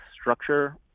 structure